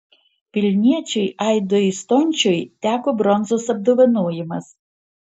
vilniečiui aidui stončiui teko bronzos apdovanojimas